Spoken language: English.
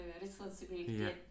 responsibility